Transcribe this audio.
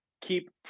keep